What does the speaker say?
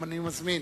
אני מזמין